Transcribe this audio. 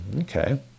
Okay